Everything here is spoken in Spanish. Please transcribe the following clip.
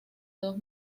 dos